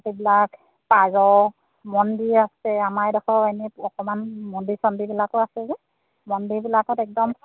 এইবিলাক পাৰ মন্দিৰ আছে আমাৰ এইডোখৰ এনেই অকণমান মন্দিৰ চন্দিৰবিলাকো আছে যে মন্দিৰবিলাকত একদম